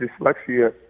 dyslexia